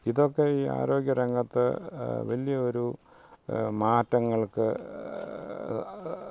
ഇതൊക്കെ ഈ ആരോഗ്യരംഗത്ത് വലിയ ഒരു മാറ്റങ്ങൾക്ക്